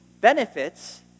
benefits